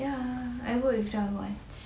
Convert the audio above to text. ya I work with them once